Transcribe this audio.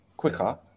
quicker